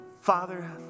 Father